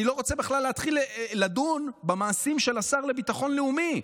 אני לא רוצה בכלל להתחיל לדון במעשים של השר לביטחון לאומי,